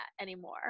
anymore